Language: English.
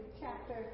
chapter